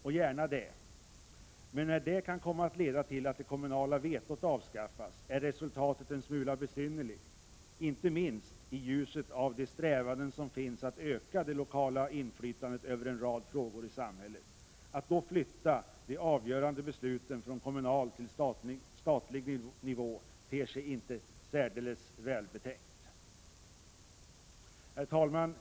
Och gärna det, men när det kan komma att leda till att det kommunala vetot avskaffas ter sig resultatet en smula besynnerligt, inte minst i ljuset av de strävanden som finns att öka det lokala inflytandet över en rad frågor i samhället. Att flytta de avgörande besluten från kommunal till statlig nivå ter sig inte särskilt välbetänkt. Herr talman!